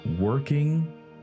working